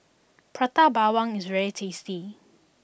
Prata Bawang is very tasty